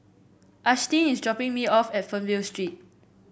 Ashtyn is dropping me off at Fernvale Street